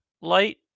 light